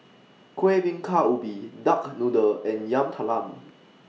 Kueh Bingka Ubi Duck Noodle and Yam Talam